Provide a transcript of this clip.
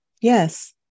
Yes